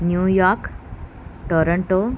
New York Toronto